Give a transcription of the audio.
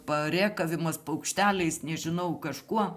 parėkavimas paukšteliais nežinau kažkuo